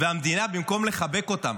והמדינה, במקום לחבק אותם,